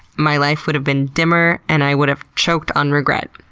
my life would have been dimmer and i would have choked on regret.